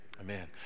amen